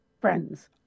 friends